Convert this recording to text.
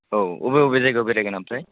औ बबे बबे जायगायाव बेरायगोन ओमफ्राय